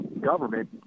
government